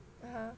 (uh huh)